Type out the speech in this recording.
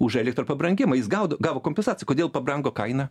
už elektro pabrangimą jis gauda gavo kompensaciją kodėl pabrango kaina